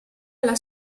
alla